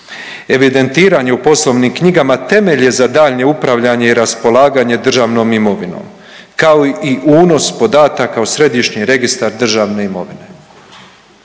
Evidentiranje u poslovnim knjigama temelj je za daljnje upravljanje i raspolaganje državnom imovinom kao i unos podataka u središnji registar državne imovine.